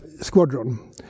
squadron